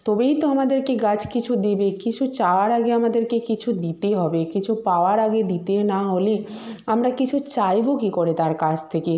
তবেই তো আমাদেরকে গাছ কিছু দেবে কিছু চাওয়ার আগে আমাদেরকে কিছু দিতে হবে কিছু পাওয়ার আগে দিতে না হলে আমরা কিছু চাইব কী করে তার কাছ থেকে